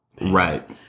Right